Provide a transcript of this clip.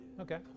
Okay